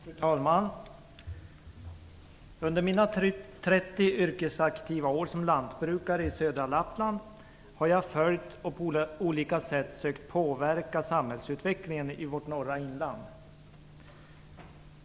Fru talman! Under mina 30 yrkesaktiva år som lantbrukare i södra Lappland har jag följt och på olika sätt sökt påverka samhällsutvecklingen i vårt norra inland.